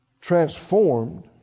transformed